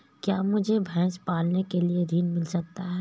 क्या मुझे भैंस पालने के लिए ऋण मिल सकता है?